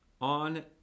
on